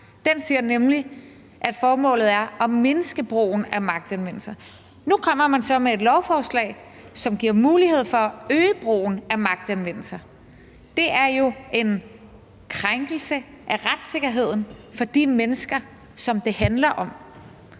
den siger nemlig, at formålet er at mindske brugen af magtanvendelser, og nu kommer man så med et lovforslag, som giver mulighed for at øge brugen af magtanvendelser. Det er jo en krænkelse af retssikkerheden for de mennesker, som det handler om.